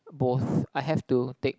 both I have to take